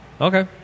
Okay